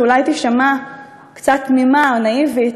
שאולי תישמע קצת תמימה או נאיבית,